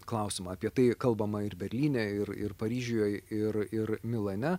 klausimą apie tai kalbama ir berlyne ir ir paryžiuje ir ir milane